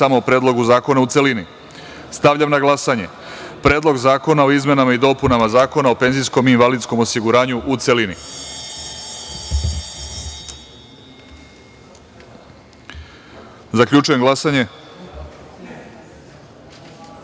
samo o Predlogu zakona u celini. Stavljam na glasanje Predlog zakona o izmenama i dopunama Zakona o penzijskom i invalidskom osiguranju, u celini. Zaključujem glasanje: